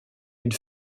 une